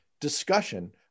discussion